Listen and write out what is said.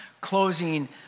closing